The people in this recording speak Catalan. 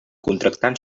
contractant